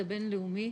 הבינלאומי.